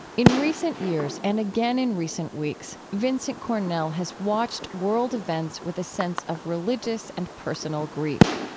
in recent years, and again in recent weeks, vincent cornell has watched world events with a sense of religious and personal grief.